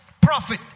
Profit